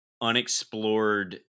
unexplored